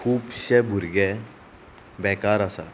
खुबशे भुरगे बेकार आसा